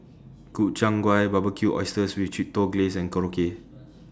Gobchang Gui Barbecued Oysters with Chipotle Glaze and Korokke